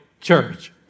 church